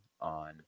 on